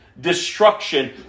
destruction